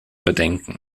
bedenken